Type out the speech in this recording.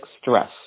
stress